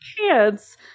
pants